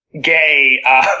gay